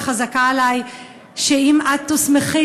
וחזקה עלי שאם את תוסמכי,